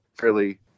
fairly